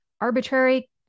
arbitrary